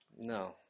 no